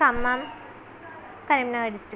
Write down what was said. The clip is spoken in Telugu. ఖమ్మం కరీంనగర్ డిస్ట్రిక్ట్